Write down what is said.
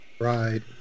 Right